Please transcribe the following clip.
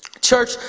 Church